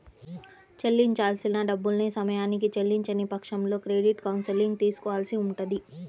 చెల్లించాల్సిన డబ్బుల్ని సమయానికి చెల్లించని పక్షంలో క్రెడిట్ కౌన్సిలింగ్ తీసుకోవాల్సి ఉంటది